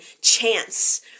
Chance